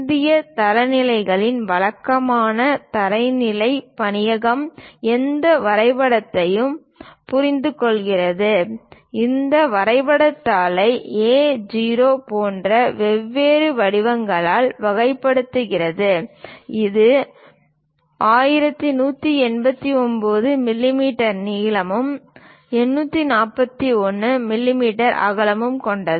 இந்திய தரநிலைகளின் வழக்கமான தரநிலை பணியகம் எந்த வரைபடத்தையும் பரிந்துரைக்கிறது இந்த வரைபடத் தாள்களை A0 போன்ற வெவ்வேறு வடிவங்களாக வகைப்படுத்துகிறது இது 1189 மில்லிமீட்டர் நீளமும் 841 மில்லிமீட்டர் அகலமும் கொண்டது